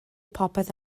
popeth